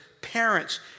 parents